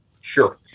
Sure